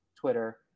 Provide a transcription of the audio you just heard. twitter